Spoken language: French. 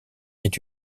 est